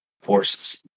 forces